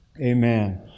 amen